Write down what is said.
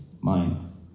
mind